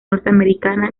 norteamericana